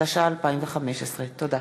התשע"ה 2015. תודה.